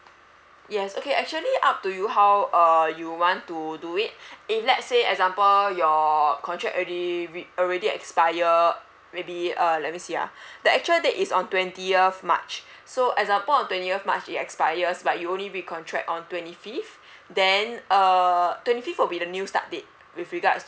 yes okay actually up to you how uh you want to do it if let's say example your contract already re~ already expire maybe uh let me see ah the actual date is on twentieth march so example on twentieth march it expires but you only recontract on twenty fifth then uh twenty fifth will be the new start date with regards